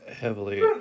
heavily